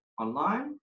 online